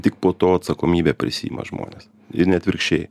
tik po to atsakomybę prisiima žmonės ir neatvirkščiai